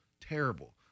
terrible